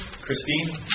Christine